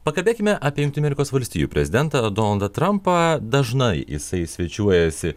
pakalbėkime apie jungtinių amerikos valstijų prezidentą donaldą trampą dažnai jisai svečiuojasi